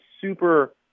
super